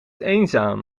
eenzaam